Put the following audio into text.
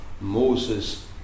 Moses